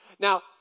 Now